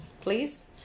please